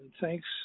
thanks